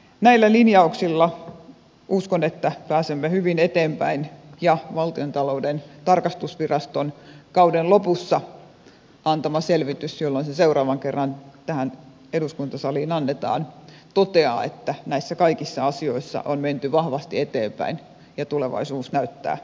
näillä linjauksilla uskon että pääsemme hyvin eteenpäin ja valtiontalouden tarkastusviraston kauden lopussa antama selvitys kun se seuraavan kerran tähän eduskuntasaliin annetaan toteaa että näissä kaikissa asioissa on menty vahvasti eteenpäin ja tulevaisuus näyttää valoi sammalta